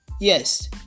Yes